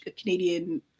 Canadian